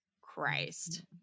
Christ